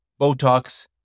Botox